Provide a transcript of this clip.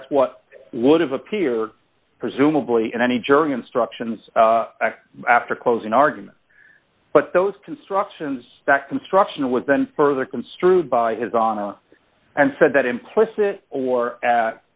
that's what would have appeared presumably in any jury instructions after closing argument but those constructions construction was then further construed by his honor and said that implicit or